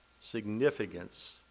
significance